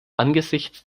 angesichts